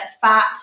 fat